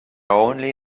only